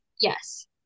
Yes